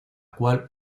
cual